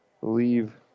believe